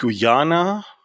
Guyana